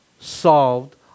solved